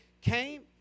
came